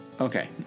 Okay